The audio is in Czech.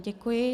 Děkuji.